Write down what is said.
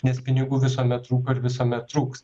nes pinigų visuomet trūko ir visuomet trūks